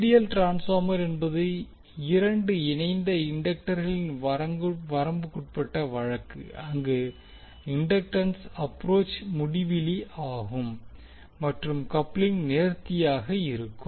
ideal transformer என்பது இரண்டு இணைந்த இண்டக்டர்களின் வரம்புக்குட்பட்ட வழக்கு அங்கு இண்டக்டன்ஸ் அப்ரோச் முடிவிலி ஆகும் மற்றும் கப்லிங் நேர்த்தியாக இருக்கும்